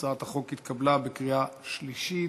הצעת החוק התקבלה בקריאה שלישית.